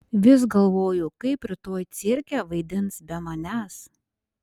vis galvoju kaip rytoj cirke vaidins be manęs